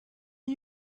are